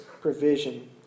provision